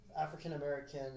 African-American